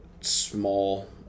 small